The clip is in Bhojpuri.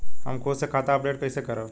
हम खुद से खाता अपडेट कइसे करब?